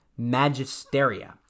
magisteria